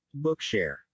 Bookshare